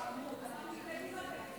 בבקשה, שלוש דקות.